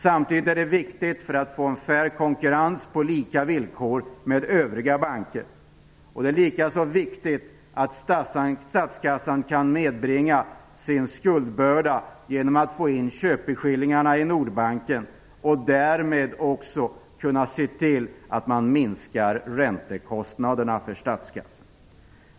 Samtidigt är det viktigt för att få en fair konkurrens på lika villkor med övriga banker. Det är likaså viktigt att statskassan kan nedbringa sin skuldbörda genom att få in köpeskillingarna i Nordbanken och därmed också kan minska räntekostnaderna för statskassan.